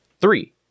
Three